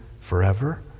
forever